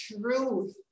truth